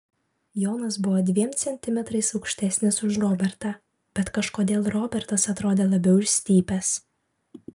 jonas buvo dviem centimetrais aukštesnis už robertą bet kažkodėl robertas atrodė labiau išstypęs